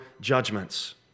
judgments